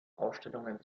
ausstellungen